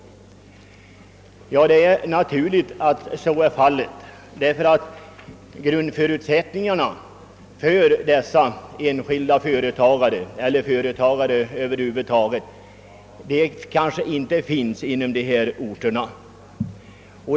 Ja, det är naturligt att så är fallet, ty grundförutsättningarna för företagarna över huvud taget finnes inte på ifrågavarande orter.